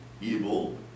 evil